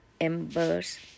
embers